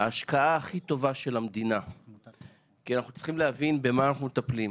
הכי טובה של המדינה כי אנחנו צריכים להבין במה אנחנו מטפלים.